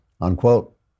Unquote